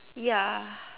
ya